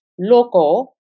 local